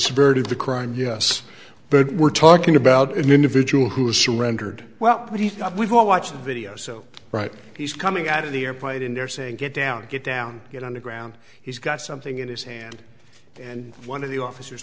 severity of the crime yes but we're talking about an individual who has surrendered well what he thought we've all watched the video so right he's coming out of the airplane and they're saying get down get down get on the ground he's got something in his hand and one of the officers